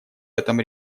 этом